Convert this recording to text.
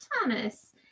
Thomas